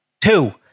Two